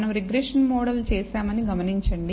మనం regression model చేశామని గమనించండి